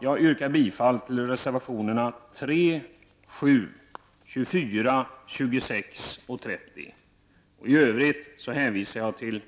Jag yrkar bifall till reservationerna 3, 7, 24, 26 och 30, och i övrigt hänvisar jag till